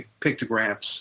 pictographs